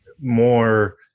more –